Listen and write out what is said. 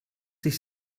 sich